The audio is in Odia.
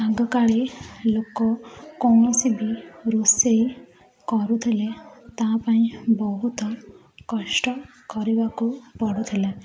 ଆଗକାଳ ଲୋକ କୌଣସି ବି ରୋଷେଇ କରୁଥିଲେ ତା ପାଇଁ ବହୁତ କଷ୍ଟ କରିବାକୁ ପଡ଼ୁଥିଲା